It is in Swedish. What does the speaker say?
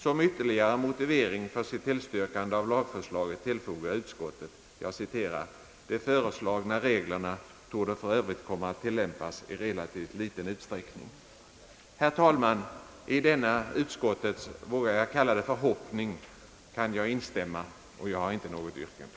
Som ytterligare motivering för sitt tillstyrkande av lagförslaget tillfogar utskottet: »De föreslagna reglerna torde f.ö. komma att tillämpas i relativt liten utsträckning.» Herr talman! I denna utskottets, vågar jag kalla det förhoppning kan jag instämma. Jag har inte något yrkande.